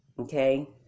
Okay